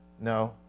No